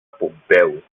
pompeu